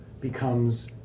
becomes